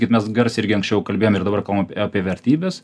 kaip mes garsiai irgi anksčiau kalbėjom ir dabar kalbam apie vertybes